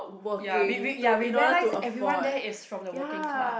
ya we we ya we realise everyone there is from the working class